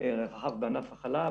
רחב בענף החלב,